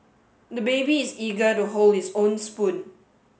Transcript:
the baby is eager to hold his own spoon